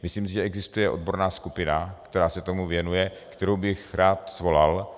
Myslím, že existuje odborná skupina, která se tomu věnuje, kterou bych rád svolal.